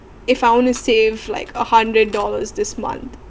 if I want to save like a hundred dollars this month